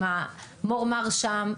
עם המור-מאר שם.